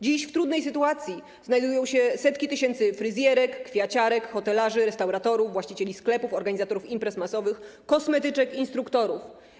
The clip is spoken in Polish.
Dziś w trudnej sytuacji znajdują się setki tysięcy fryzjerek, kwiaciarek, hotelarzy, restauratorów, właścicieli sklepów, organizatorów imprez masowych, kosmetyczek, instruktorów.